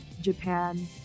Japan